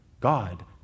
God